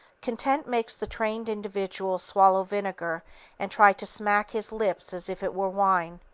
content makes the trained individual swallow vinegar and try to smack his lips as if it were wine.